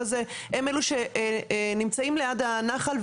הם אלו שחיים ליד הביוב הזה והם אלו שנמצאים ליד הנחל.